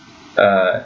uh